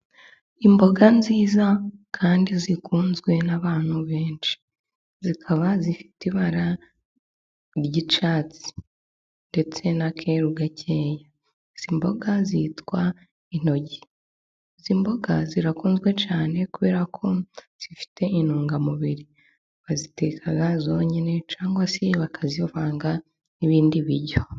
Imboga nziza kandi zikunzwe n'abantu benshi zikaba zifite ibara ry'icyatsi ndetse n'akeru gakeya. Izi mboga zitwa intogi. Izi mboga zirakunzwe cyane kubera ko zifite intungamubiri. Baziteka zonyine cyangwa se bakazivanga n'ibindi biryo.